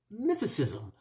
mythicism